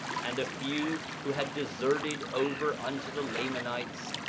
and a few who had deserted over unto the lamanites,